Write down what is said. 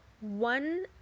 one